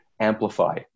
amplify